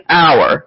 hour